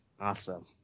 Awesome